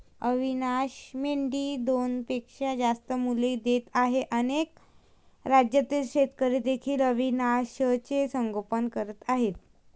अविशान मेंढी दोनपेक्षा जास्त मुले देत आहे अनेक राज्यातील शेतकरी देखील अविशानचे संगोपन करत आहेत